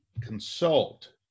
consult